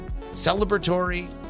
celebratory